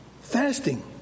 fasting